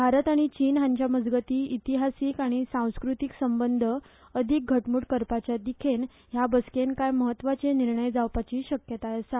भारत आनी चीन हांच्या मजगती इतिहासिक आनी सांस्कृतिक संबंध अदिक घटमुट करपाच्या दिखेन ह्या बसकेन काय म्हत्वाचे निर्णय जावपाची शक्यता आसा